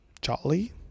Jolly